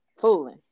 fooling